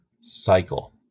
cycle